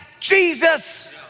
Jesus